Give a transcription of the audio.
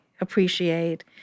appreciate